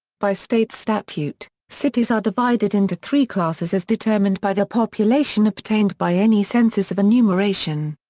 by state statute, cities are divided into three classes as determined by the population obtained by any census of enumeration.